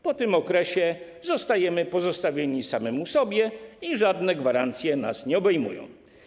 Po tym okresie zostajemy pozostawieni sami sobie i żadne gwarancje nas nie obejmują.